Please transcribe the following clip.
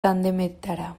tandemetara